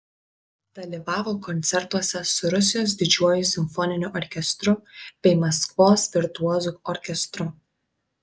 dalyvavo koncertuose su rusijos didžiuoju simfoniniu orkestru bei maskvos virtuozų orkestru